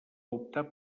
optar